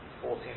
fourteen